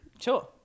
sure